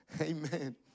Amen